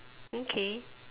okay